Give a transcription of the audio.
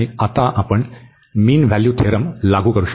आणि आता आपण मीन व्हॅल्यू थेरम लागू करू